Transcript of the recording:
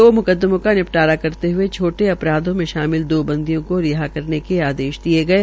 दो मुकदमों का नि टारा करते हुये छोटे अ राधों मे शामिल दो बंदियों को रिहा करने के आदेश दिये गये